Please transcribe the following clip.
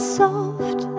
soft